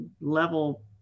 level